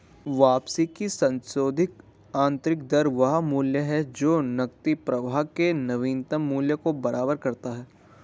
वापसी की संशोधित आंतरिक दर वह मूल्य है जो नकदी प्रवाह के नवीनतम मूल्य को बराबर करता है